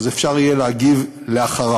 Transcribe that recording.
אז אפשר יהיה להגיב אחריו.